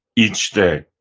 each day,